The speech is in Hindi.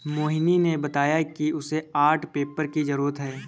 मोहिनी ने बताया कि उसे आर्ट पेपर की जरूरत है